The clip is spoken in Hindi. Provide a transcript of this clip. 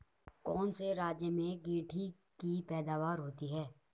कौन से राज्य में गेंठी की पैदावार होती है?